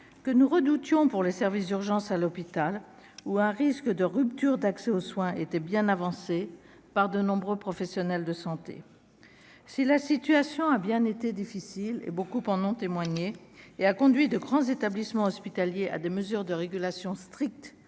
que nous redoutions pour les services d'urgence à l'hôpital ou un risque de rupture d'accès aux soins étaient bien avancés par de nombreux professionnels de santé, si la situation a bien été difficile et beaucoup en ont témoigné et a conduit de grands établissements hospitaliers à des mesures de régulation stricte